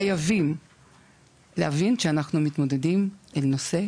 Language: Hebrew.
אנחנו חייבים להבין שאנחנו מתמודדים עם נושא